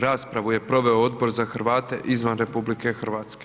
Raspravu je proveo Odbor za Hrvate izvan RH.